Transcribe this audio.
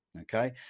okay